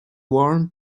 warren